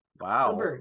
Wow